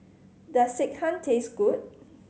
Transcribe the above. does Sekihan taste good